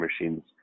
machines